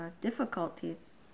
difficulties